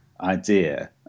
idea